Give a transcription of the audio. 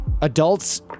adults